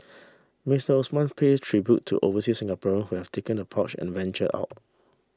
Mister Osman paid tribute to oversea Singapore who have taken the plunge and venture out